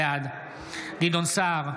בעד גדעון סער,